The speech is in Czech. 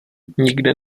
nikde